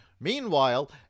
Meanwhile